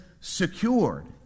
secured